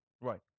Right